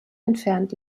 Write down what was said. entfernt